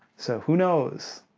so, who knows?